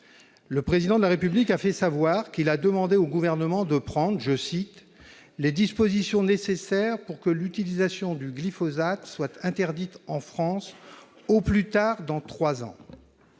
Le Président de la République a fait savoir qu'il a demandé au Gouvernement de prendre « les dispositions nécessaires pour que l'utilisation du glyphosate soit interdite en France [...] au plus tard dans trois ans ».